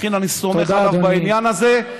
לכן אני סומך עליו בעניין הזה,